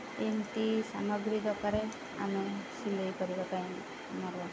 ଏମିତି ସାମଗ୍ରୀ ଦରକାର ଆମେ ସିଲେଇ କରିବା ପାଇଁ ଆମର